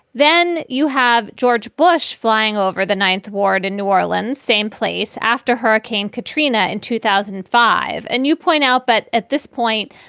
then you have george bush flying over the ninth ward in new orleans, same place after hurricane katrina in two thousand and five. and you point out that but at this point,